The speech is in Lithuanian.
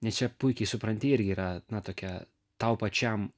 nes čia puikiai supranti irgi yra na tokia tau pačiam